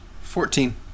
Fourteen